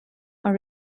are